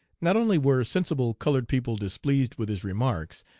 not only were sensible colored people displeased with his remarks,